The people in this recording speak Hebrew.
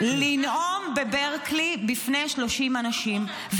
----- לנאום בברקלי לפני 30 אנשים,